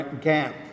gap